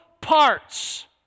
parts